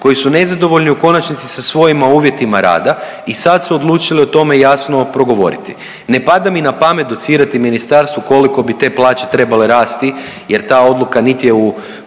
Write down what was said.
koji su nezadovoljni u konačnici sa svojima uvjetima rada i sad su odlučili o tome jasno progovoriti. Ne pada mi na pamet docirati ministarstvo koliko bi te plaće trebale rasti jer ta odluka nit je u